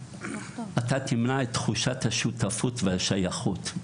אתה תמנע את תחושת השותפות והשייכות.